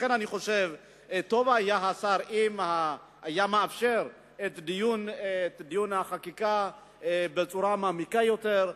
לכן אני חושב שטוב היה אם השר היה מאפשר דיון בחקיקה בצורה מעמיקה יותר,